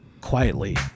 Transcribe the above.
quietly